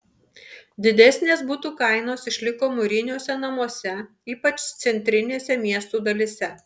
didesnės butų kainos išliko mūriniuose namuose ypač centrinėse miestų dalyse